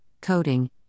coding